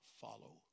follow